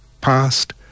past